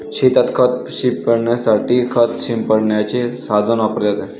शेतात खत शिंपडण्यासाठी खत शिंपडण्याचे साधन वापरले जाते